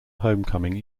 homecoming